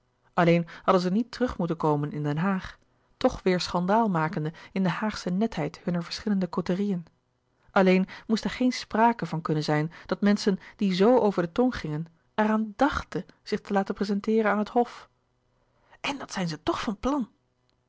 alleen hadden zij niet terug moeten komen in den haag toch weêr schandaal makende in de haagsche netheid hunner verschillende côterieën alleen moest er geen sprake van kunnen zijn dat menschen die zo over de tong gingen er aan dàchten zich te laten prezenteeren aan het hof louis couperus de boeken der kleine zielen en dàt zijn ze toch van plan